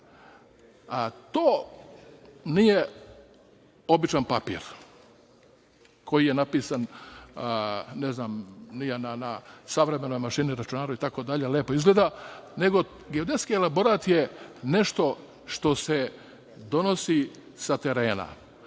To nije običan papir koji je napisan na savremenoj mašini, računaru itd, lepo izgleda, nego geodetski elaborat je nešto što se donosi sa terena.